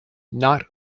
not